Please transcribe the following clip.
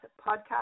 podcast